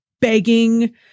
begging